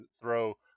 throw